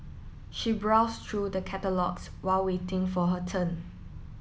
she browsed through the catalogues while waiting for her turn